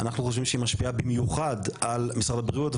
אנחנו חושבים שהיא משפיעה במיוחד על משרד הבריאות,